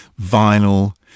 vinyl